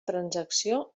transacció